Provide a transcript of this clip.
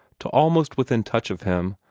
to almost within touch of him,